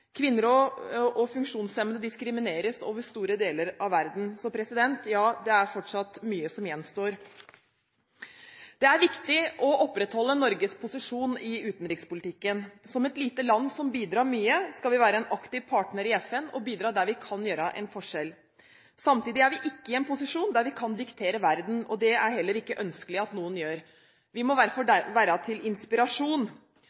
Kvinner og funksjonshemmede diskrimineres over store deler av verden, så ja, det er fortsatt mye som gjenstår. Det er viktig å opprettholde Norges posisjon i utenrikspolitikken. Som et lite land som bidrar mye, skal vi være en aktiv partner i FN og bidra der vi kan gjøre en forskjell. Samtidig er vi ikke i en posisjon der vi kan diktere verden – det er det heller ikke ønskelig at noen gjør, vi må